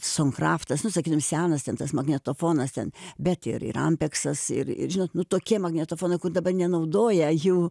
sumfraptas nu sakytum senas ten tas magnetofonas ten bet ir ir ampeksas ir ir žinot nu tokie magnetofonai kur dabar nenaudoja jų